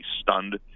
stunned